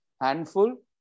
handful